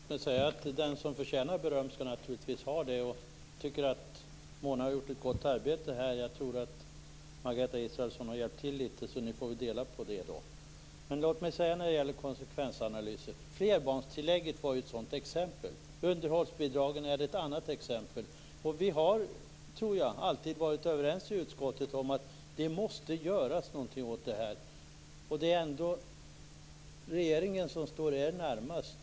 Fru talman! Den som förtjänar beröm skall naturligtvis få beröm. Jag tycker att Mona Berglund Nilsson har gjort ett gott arbete i detta sammanhang. Jag tror att Margareta Israelsson har hjälpt till litet grand. Därför får ni väl dela på berömmet. När det gäller detta med konsekvensanalyser vill jag peka på flerbarnstillägget som ett exempel. Underhållsbidragen är ett annat exempel. Jag tror att vi i utskottet alltid har varit överens om att något måste göras. Det är ändå så att regeringen står er närmast.